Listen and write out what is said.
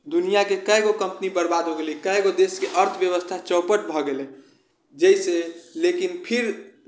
दुनियाके कएक गो कम्पनी बर्बाद हो गेलै कएक गो देशके अर्थव्यवस्था चौपट भऽ गेलै जाहिसँ लेकिन फेर